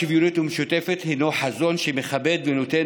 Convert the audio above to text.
שוויונית ומשותפת הינה חזון שמכבד ונותן